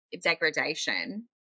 degradation